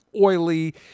oily